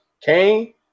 Kane